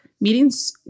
meetings